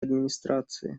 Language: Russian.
администрации